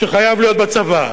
שחייב להיות בצבא,